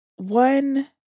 One